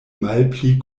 malpli